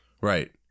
Right